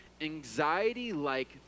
anxiety-like